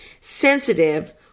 Sensitive